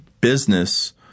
business